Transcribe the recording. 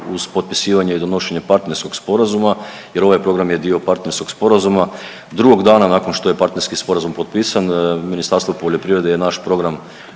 uz potpisivanje i donošenje partnerskog sporazuma jer ovaj program je dio partnerskog sporazuma, drugog dana nakon što je partnerski sporazum potpisan, Ministarstvo poljoprivrede je naš program